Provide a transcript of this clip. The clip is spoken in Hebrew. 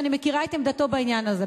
ואני מכירה את עמדתו בעניין הזה,